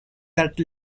that